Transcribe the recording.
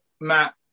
matt